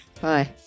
Bye